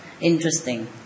interesting